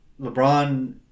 LeBron